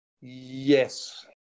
Yes